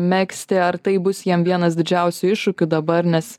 megzti ar tai bus jam vienas didžiausių iššūkių dabar nes